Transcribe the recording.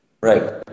Right